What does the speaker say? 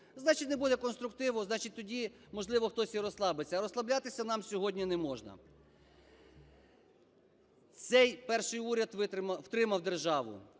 значить не буде конструктиву, значить, тоді, можливо, хтось і розслабиться, а розслаблятися нам сьогодні не можна. Цей перший уряд витримав… втримав